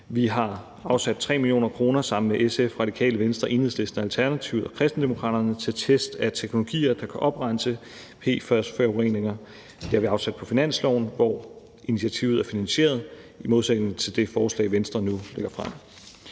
Vi har afsat 3 mio. kr. sammen med SF, Radikale Venstre, Enhedslisten, Alternativet og Kristendemokraterne til test af teknologier, der kan oprense PFAS-forureninger; det har vi afsat på finansloven, hvor initiativet er finansieret i modsætning til det forslag, Venstre nu lægger frem.